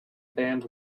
band